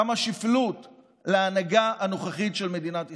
כמה שפלות להנהגה הנוכחית של מדינת ישראל.